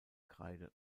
kreide